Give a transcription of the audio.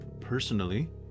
personally